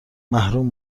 محروم